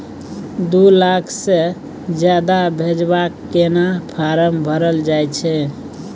दू लाख से ज्यादा भेजबाक केना फारम भरल जाए छै?